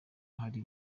hari